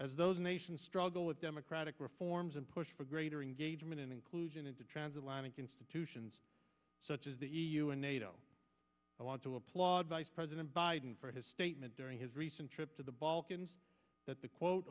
as those nations struggle with democratic reforms and push for greater engagement and inclusion into transatlantic institutions such as the e u and nato i want to applaud vice president biden for his statement during his recent trip to the balkans that the quote